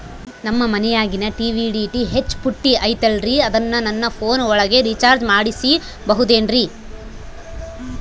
ನಮ್ಮ ಮನಿಯಾಗಿನ TV DTH ಪುಟ್ಟಿ ಐತಲ್ರೇ ಅದನ್ನ ನನ್ನ ಪೋನ್ ಒಳಗ ರೇಚಾರ್ಜ ಮಾಡಸಿಬಹುದೇನ್ರಿ?